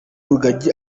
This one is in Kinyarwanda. rugagi